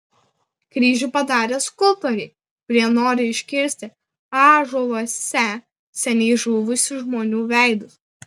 kryžių padarė skulptoriai kurie nori iškirsti ąžuoluose seniai žuvusių žmonių veidus